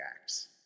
acts